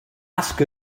ask